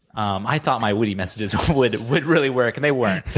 um i thought my witty messages would would really work, and they weren't,